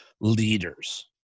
leaders